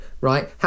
right